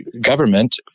government